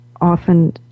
often